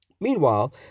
Meanwhile